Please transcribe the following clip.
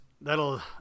that'll